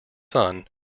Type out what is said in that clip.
son